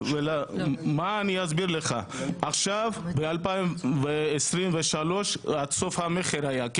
אני אסביר לך, עכשיו ב-2023 עד סוף המכר היה.